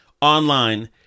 online